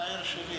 תבואי לעיר שלי.